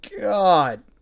god